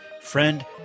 friend